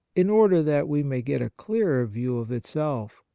in order that we may get a clearer view of itself.